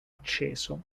acceso